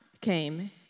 came